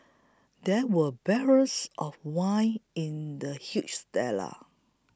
there were barrels of wine in the huge stellar